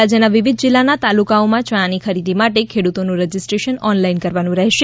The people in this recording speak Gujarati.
રાજ્યના વિવિધ જિલ્લાના તાલુકાઓમાં યણાની ખરીદી માટે ખેડૂતોનું રજીસ્ટ્રેશન ઓનલાઈન કરવાનું રહેશે